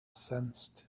sensed